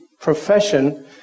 profession